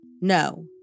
no